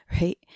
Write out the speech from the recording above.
Right